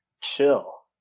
chill